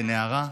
לנערה,